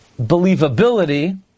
believability